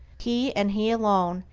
he, and he alone,